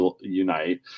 unite